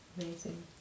Amazing